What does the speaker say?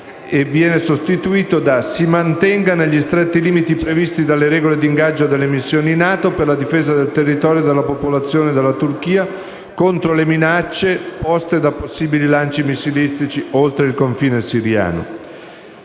con le seguenti: «si mantenga negli stretti limiti previsti dalla regole di ingaggio della missione NATO per la difesa del territorio e della popolazione della Turchia contro le minacce poste da possibili lanci missilistici oltre il confine siriano».